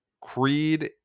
Creed